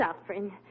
suffering